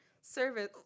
service